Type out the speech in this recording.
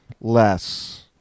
less